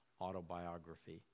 autobiography